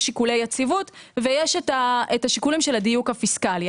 יש שיקולי יציבות ויש את השיקולים של הדיוק הפיסקלי.